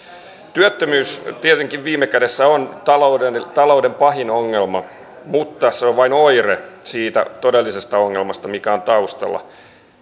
työttömyys tietenkin viime kädessä on talouden talouden pahin ongelma mutta se on vain oire siitä todellisesta ongelmasta mikä on taustalla